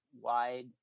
wide